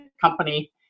company